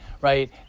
right